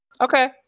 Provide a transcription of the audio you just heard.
Okay